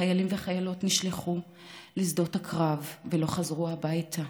חיילים וחיילות נשלחו לשדות הקרב ולא חזרו הביתה,